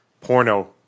porno